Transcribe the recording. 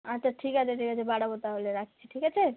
আচ্ছা ঠিক আছে ঠিক আছে বাড়াবো তাহলে রাখছি ঠিক আছে